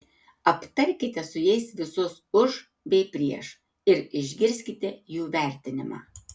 aptarkite su jais visus už bei prieš ir išgirskite jų vertinimą